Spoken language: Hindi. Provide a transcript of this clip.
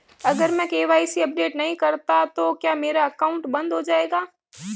अगर मैं के.वाई.सी अपडेट नहीं करता तो क्या मेरा अकाउंट बंद हो जाएगा?